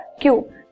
cube